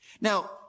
Now